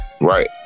Right